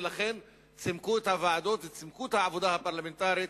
ולכן צימקו את הוועדות וצימקו את העבודה הפרלמנטרית,